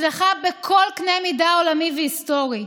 הצלחה בכל קנה מידה עולמי והיסטורי,